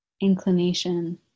inclination